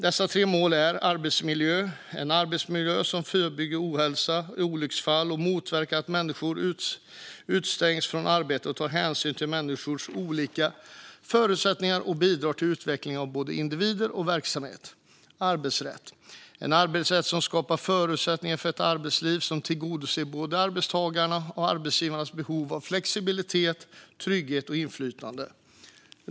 Det första är en arbetsmiljö som förebygger ohälsa och olycksfall, som motverkar att människor utestängs från arbetet, som tar hänsyn till människors olika förutsättningar och som bidrar till utvecklingen av både individer och verksamhet. Det andra är en arbetsrätt som skapar förutsättningar för ett arbetsliv som tillgodoser både arbetstagarnas och arbetsgivarnas behov av flexibilitet, trygghet och inflytande.